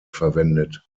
verwendet